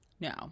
No